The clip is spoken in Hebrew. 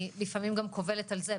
לפעמים אני קובלת על זה.